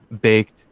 baked